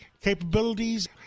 capabilities